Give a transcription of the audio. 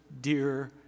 dear